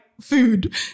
food